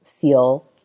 feel